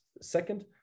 Second